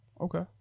okay